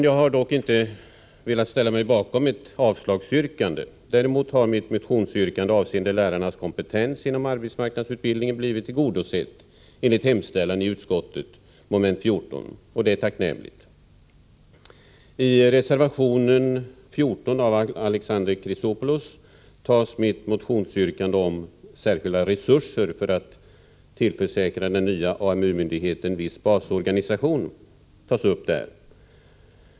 Jag har dock inte velat ställa mig bakom ett avslagsyrkande. Däremot har mitt motionsyrkande avseende lärarnas kompetens inom arbetsmarknadsutbildningen blivit tillgodosett enligt hemställan i mom. 14. Det är tacknämligt. I reservation 14 av Alexander Chrisopoulos tas mitt motionsyrkande om särskilda resurser för att tillförsäkra den nya AMU-myndigheten viss basorganisation upp.